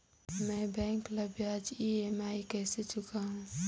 मैं बैंक ला ब्याज ई.एम.आई कइसे चुकाहू?